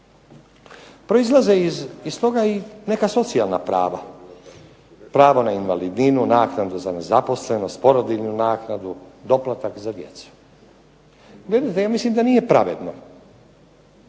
Proizlaze iz toga i neka socijalna prava, pravo na invalidninu, naknadu za nezaposlenost, porodiljnu naknadu, doplatak za djecu. Vidite ja mislim da nije pravedno